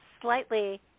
slightly